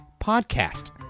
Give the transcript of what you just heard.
podcast